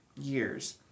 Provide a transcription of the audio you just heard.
years